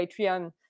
Patreon